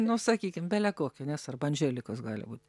nu sakykim bele kokia nesvarbu andželikos gali būt